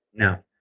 now,